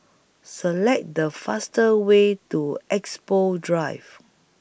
Select The faster Way to Expo Drive